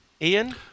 Ian